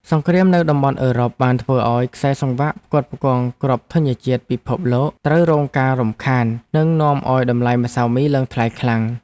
សង្គ្រាមនៅតំបន់អឺរ៉ុបបានធ្វើឱ្យខ្សែសង្វាក់ផ្គត់ផ្គង់គ្រាប់ធញ្ញជាតិពិភពលោកត្រូវរងការរំខាន និងនាំឱ្យតម្លៃម្សៅមីឡើងថ្លៃខ្លាំង។